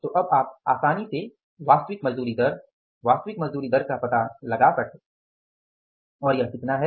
तो अब आप आसानी से वास्तविक मजदूरी दर वास्तविक मजदूरी दर का पता लगा सकते हैं और यह कितना है